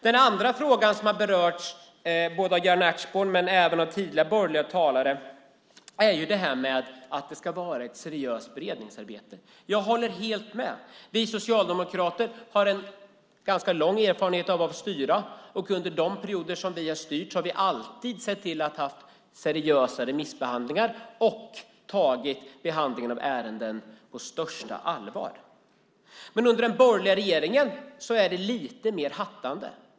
En annan fråga som har berörts av både Jan Ertsborn och tidigare borgerliga talare är att det ska vara ett seriöst beredningsarbete. Jag håller helt med. Vi socialdemokrater har en ganska lång erfarenhet av att styra. Under de perioder som vi har styrt har vi alltid sett till att ha seriösa remissbehandlingar och tagit behandlingen av ärenden på största allvar. Under den borgerliga regeringen är det lite mer hattande.